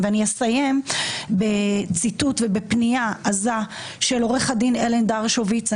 ואני אסיים בציטוט ובפנייה עזה של עו"ד אלן דרשוביץ.